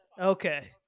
Okay